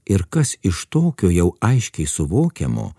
ir kas iš tokio jau aiškiai suvokiamo